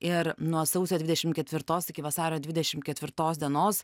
ir nuo sausio dvidešim ketvirtos iki vasario dvidešim ketvirtos dienos